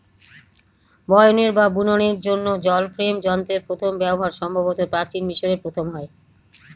বয়নের বা বুননের জন্য জল ফ্রেম যন্ত্রের প্রথম ব্যবহার সম্ভবত প্রাচীন মিশরে প্রথম হয়